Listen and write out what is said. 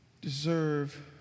deserve